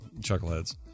chuckleheads